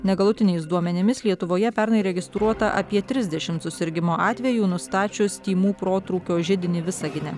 negalutiniais duomenimis lietuvoje pernai registruota apie trisdešimt susirgimo atvejų nustačius tymų protrūkio židinį visagine